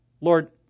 Lord